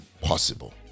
possible